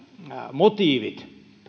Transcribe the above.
motiivien